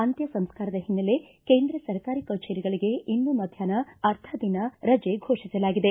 ಅಂತ್ಯ ಸಂಸ್ಕಾರದ ಹಿನ್ನೆಲೆ ಕೇಂದ್ರ ಸರ್ಕಾರಿ ಕಚೇರಿಗಳಿಗೆ ಮಧ್ಯಾಹ್ನ ಅರ್ಧ ದಿನ ರಜೆ ಫೋಷಿಸಲಾಗಿದೆ